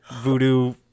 voodoo